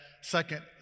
second